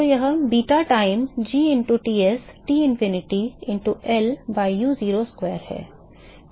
तो यह beta time g into Ts Tinfinity into L by u0 square है